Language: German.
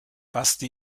basti